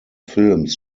films